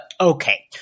okay